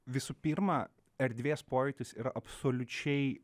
visų pirma erdvės pojūtis yra absoliučiai